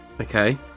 Okay